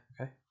okay